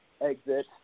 Exit